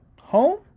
home